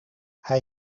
hij